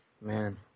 man